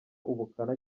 ubukana